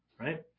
right